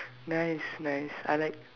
nice nice I like